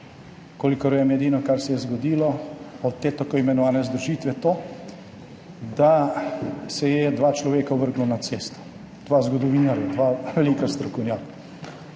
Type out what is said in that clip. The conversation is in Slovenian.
Kolikor vem, je edino, kar se je zgodilo od te tako imenovane združitve, to, da se je dva človeka vrglo na cesto. Dva zgodovinarja, dva velika strokovnjaka.